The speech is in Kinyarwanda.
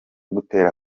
gutera